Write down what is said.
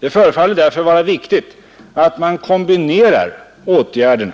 Det förefaller därför vara viktigt att man kombinerar åtgärderna.